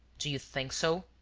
do you think so?